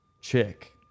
chick